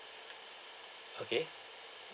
okay